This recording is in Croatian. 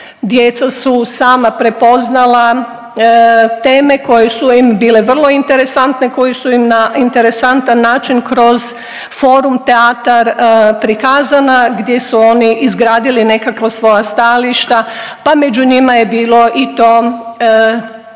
Djeca su sama prepoznala teme koje su im bile vrlo interesantne, koje su im na interesantan način kroz forum teatar prikazana, gdje su oni izgradili nekakva svoja stajališta, pa među je bilo i to